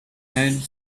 had